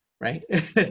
right